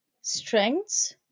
strengths